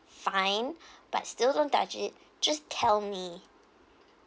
fine but still don't touch it just tell me